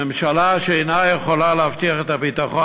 ממשלה שאינה יכולה להבטיח את הביטחון